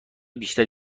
بیشتر